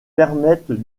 permettent